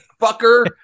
fucker